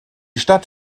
stadt